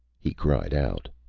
he cried out.